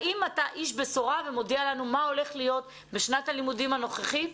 האם אתה איש בשורה ומודיע לנו מה הולך להיות בשנת הלימודים הנוכחית?